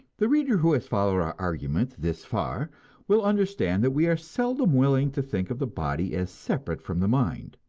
the reader who has followed our argument this far will understand that we are seldom willing to think of the body as separate from the mind.